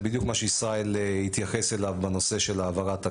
זה בדיוק מה שישראל התייחס אליו בנושא של העברת הכלים,